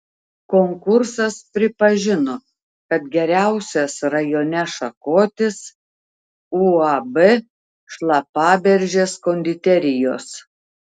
konkursas pripažino kad geriausias rajone šakotis uab šlapaberžės konditerijos